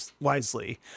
wisely